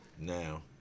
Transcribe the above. now